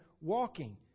walking